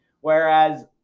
Whereas